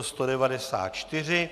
194.